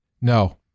No